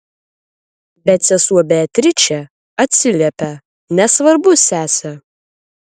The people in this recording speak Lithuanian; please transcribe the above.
bet sesuo beatričė atsiliepia nesvarbu sese